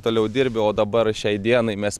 toliau dirbi o dabar šiai dienai mes